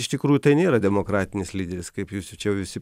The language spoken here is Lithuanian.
iš tikrųjų tai nėra demokratinis lyderis kaip jūs čia visi